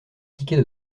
tickets